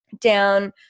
down